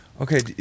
okay